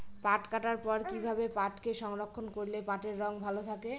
পাট কাটার পর কি ভাবে পাটকে সংরক্ষন করলে পাটের রং ভালো থাকে?